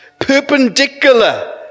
perpendicular